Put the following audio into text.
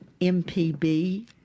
mpb